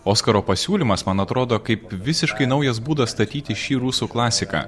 oskaro pasiūlymas man atrodo kaip visiškai naujas būdas statyti šį rusų klasiką